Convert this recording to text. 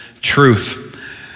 truth